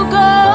go